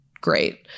great